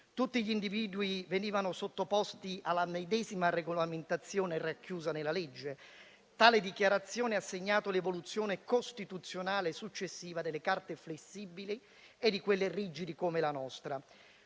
Tutti gli individui venivano sottoposti alla medesima regolamentazione racchiusa nella legge. Tale Dichiarazione ha segnato l'evoluzione costituzionale successiva delle Carte flessibili e di quelle rigide, come la nostra.